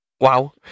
wow